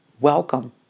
welcome